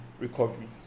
recovery